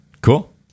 Cool